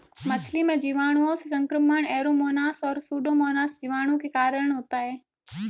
मछली में जीवाणुओं से संक्रमण ऐरोमोनास और सुडोमोनास जीवाणु के कारण होते हैं